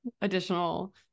additional